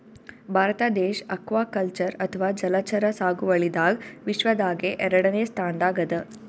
ಭಾರತ ದೇಶ್ ಅಕ್ವಾಕಲ್ಚರ್ ಅಥವಾ ಜಲಚರ ಸಾಗುವಳಿದಾಗ್ ವಿಶ್ವದಾಗೆ ಎರಡನೇ ಸ್ತಾನ್ದಾಗ್ ಅದಾ